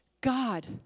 God